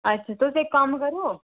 अच्छा तुस इक्क कम्म करो